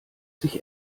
sich